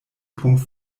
punkt